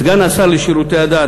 סגן השר לשירותי הדת,